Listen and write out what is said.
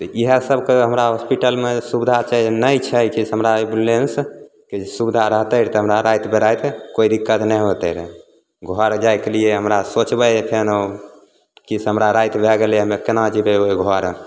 तऽ इएह सबके हमरा होस्पिटलमे सुबिधा छै नहि छै कि हमरा एम्बुलेंसके जे सुबिधा रहतै रऽ तऽ हमरा राति बिराति कोइ दिक्कत नहि होयतै रऽ घर जाइके लिए हमरा सोचबै अखनि हम की से हमरा राति भए गेलै हमरा केना जेबै ओहि घर